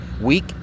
weak